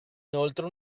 inoltre